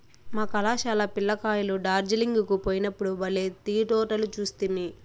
మా కళాశాల పిల్ల కాయలు డార్జిలింగ్ కు పోయినప్పుడు బల్లే టీ తోటలు చూస్తిమి